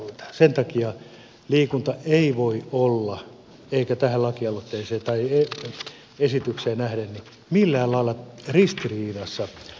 sen takia liikunta ei voi olla eikä tähän lakiesitykseen nähden millään lailla ristiriidassa toistensa kanssa